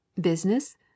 Business